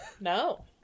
no